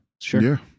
Sure